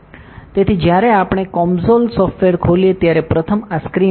તેથી જ્યારે જ્યારે આપણે COMSOL સોફ્ટવેર ખોલીએ ત્યારે પ્રથમ આ સ્ક્રીન આવે છે